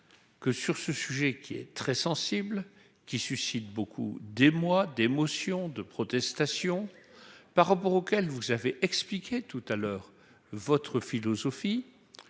que sur ce sujet qui est très sensible qui suscite beaucoup d'émoi des motions de protestation par rapport auquel vous avez expliqué tout à l'heure votre philosophie,